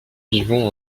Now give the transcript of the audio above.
vivons